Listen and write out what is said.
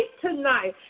tonight